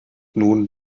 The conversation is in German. nun